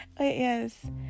Yes